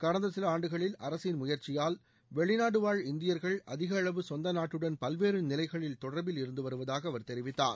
கடந்த சில ஆண்டுகளில் அரசின் முயற்சியால் வெளிநாடுவாழ் இந்தியர்கள் அதிக அளவு சொந்த நாட்டுடன் பல்வேறு நிலைகளில் தொடர்பில் இருந்து வருவதாக அவர் தெரிவித்தார்